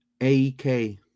AEK